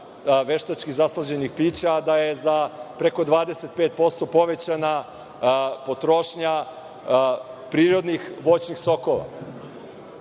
veštački zaslađenih pića, a da je za preko 25% povećana potrošnja prirodnih voćnih sokova. Druga